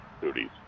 duties